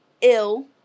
ill